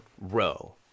row